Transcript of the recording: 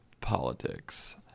politics